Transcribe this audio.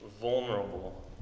vulnerable